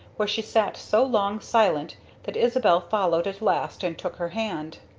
where she sat so long silent that isabel followed at last and took her hand.